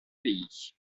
pays